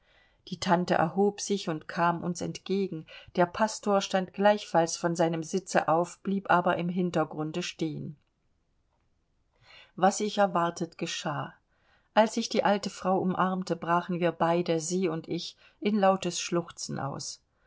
die tante erhob sich und kam uns entgegen der pastor stand gleichfalls von seinem sitze auf blieb aber im hintergrunde stehen was ich erwartet geschah als ich die alte frau umarmte brachen wir beide sie und ich in lautes schluchzen aus